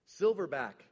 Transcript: silverback